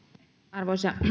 arvoisa